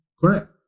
correct